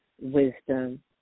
wisdom